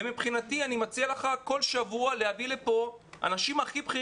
ומבחינתי אני מציע לך כל שבוע להביא לפה אנשים הכי בכירים